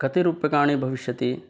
कति रूप्यकाणि भविष्यति